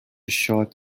short